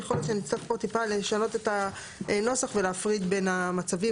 יכול להיות שנצטרך פה טיפה לשנות את הנוסח ולהפריד בין המצבים,